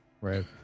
right